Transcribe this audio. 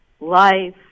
life